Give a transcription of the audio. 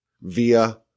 via